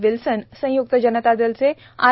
Wilson संयुक्त जनता दलाचे आर